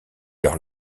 leur